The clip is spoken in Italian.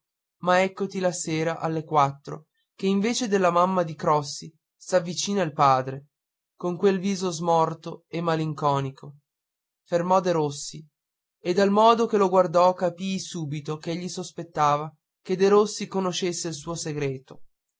ma eccoti la sera alle quattro che invece della mamma di crossi s'avvicina il padre con quel viso smorto e malinconico fermò derossi e dal modo come lo guardò capii subito ch'egli sospettava che derossi conoscesse il suo segreto